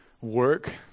work